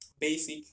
basic